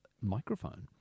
microphone